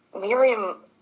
Miriam